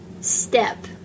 step